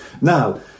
Now